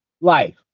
Life